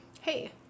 hey